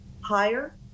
higher